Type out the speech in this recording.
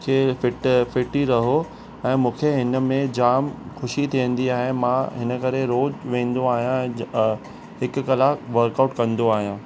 खे fit fit fit ई रहो ऐं मूंखे हिनमें जाम ख़ुशी थींदी आहे ऐं मां हिन करे रोज़ वेंदो आहियां ऐं ज अ हिकु कलाकु वर्कआउट कंदो आहियां